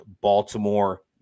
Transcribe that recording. Baltimore